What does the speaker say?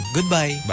Goodbye